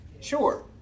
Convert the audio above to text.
Sure